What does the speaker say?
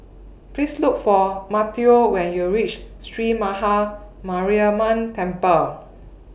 Please Look For Mateo when YOU REACH Sree Maha Mariamman Temple